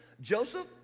Joseph